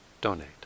donate